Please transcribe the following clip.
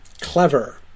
clever